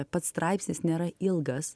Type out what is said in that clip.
pats straipsnis nėra ilgas